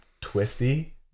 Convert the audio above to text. twisty